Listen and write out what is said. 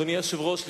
אדוני היושב-ראש,